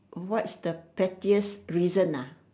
what's the pettiest reason ah